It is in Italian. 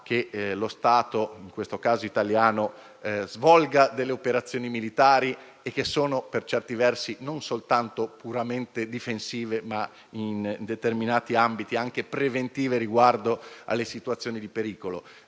che lo Stato, in questo caso italiano, svolga delle operazioni militari e che sono per certi versi non soltanto puramente difensive, ma in determinati ambiti, anche preventive riguardo alle situazioni di pericolo: